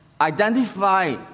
identify